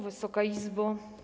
Wysoka Izbo!